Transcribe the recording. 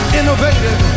innovative